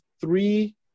three